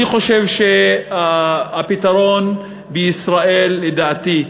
אני חושב שהפתרון בישראל, לדעתי,